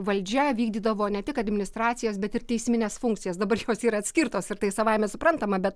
valdžia vykdydavo ne tik administracijos bet ir teismines funkcijas dabar šios yra atskirtos ir tai savaime suprantama bet